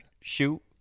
shoot